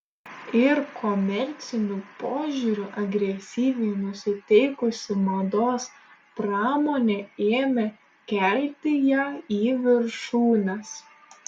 ir komerciniu požiūriu agresyviai nusiteikusi mados pramonė ėmė kelti ją į viršūnes